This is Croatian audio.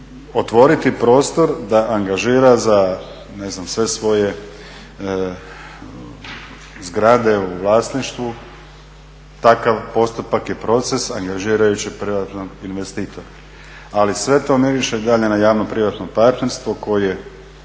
otvoriti prostor da angažira za, ne znam, sve svoje zgrade u vlasništvu takav postupak i proces angažirajući privatnog investitora. Ali sve to miriše i dalje na javno privatno partnerstvo koje